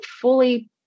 fully